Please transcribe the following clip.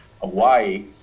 Hawaii